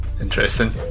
Interesting